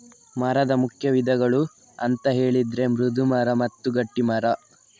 ಮರದ ಮುಖ್ಯ ವಿಧಗಳು ಅಂತ ಹೇಳಿದ್ರೆ ಮೃದು ಮರ ಮತ್ತೆ ಗಟ್ಟಿ ಮರ